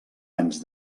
anys